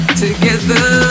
together